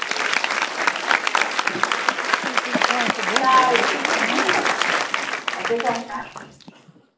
charge कितना है operation charge